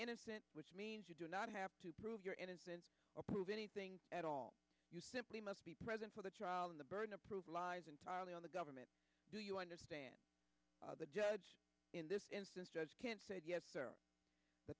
innocent which means you do not have to prove your innocence or prove anything at all you simply must be present for the trial and the burden of proof lies entirely on the government do you understand the judge in this instance just can't say yes or the